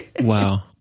wow